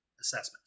assessment